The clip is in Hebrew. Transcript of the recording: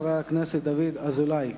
חבר הכנסת דוד אזולאי.